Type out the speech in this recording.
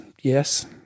yes